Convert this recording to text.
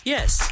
Yes